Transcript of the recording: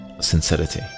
sincerity